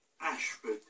Ashford